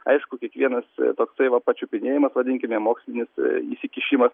aišku kiekvienas toksai va pačiupinėjimas vadinkime mokslinis įsikišimas